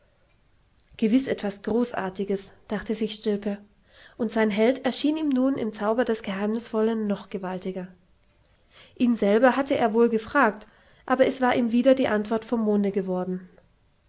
gewiß etwas großartiges dachte sich stilpe und sein held erschien ihm nun im zauber des geheimnisvollen noch gewaltiger ihn selber hatte er wohl gefragt aber es war ihm wieder die antwort vom monde geworden